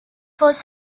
was